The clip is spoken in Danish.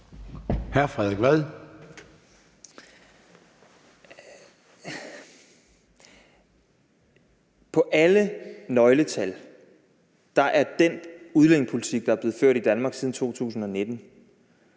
På alle nøgletal er den udlændingepolitik, der er blevet ført i Danmark siden 2019,